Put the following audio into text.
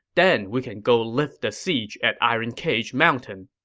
then we can go lift the siege at iron cage mountain.